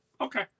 Okay